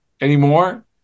anymore